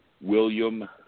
William